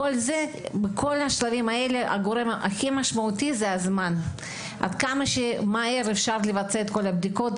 בכל השלבים האלה הגורם הכי משמעותי זה עד כמה מהר אפשר לבצע את הבדיקות,